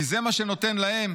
כי זה מה שנותן להם"